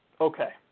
Okay